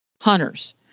hunters